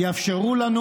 יאפשרו לנו